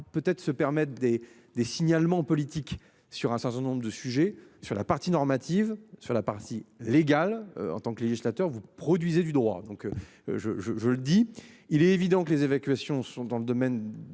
peut-être se permettent des des signalements politique sur un certain nombre de sujets sur la partie normative sur la partie légale en tant que législateur vous produisez du droit donc je je je le dis, il est évident que les évacuations se sont dans le domaine